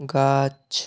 গাছ